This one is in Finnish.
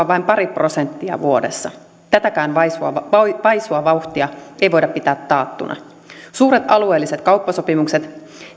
vain pari prosenttia vuodessa tätäkään vaisua vauhtia ei voida pitää taattuna suuret alueelliset kauppasopimukset